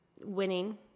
winning